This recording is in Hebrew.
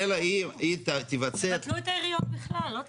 אלא היה תבצע --- תבטלו את העיריות בכלל, לא צריך.